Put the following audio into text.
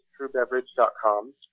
TrueBeverage.com